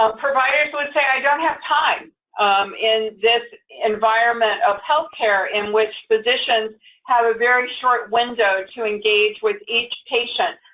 um providers would say, i don't have time in this environment of healthcare, in which positions have very short window, to engage with each patient.